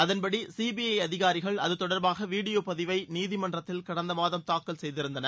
அதன்படி சிபிஐ அதிகாரிகள் அது தொடர்பாக வீடியோ பதிவை நீதிமன்றத்தில் கடந்த மாதம் தாக்கல் செய்திருந்தனர்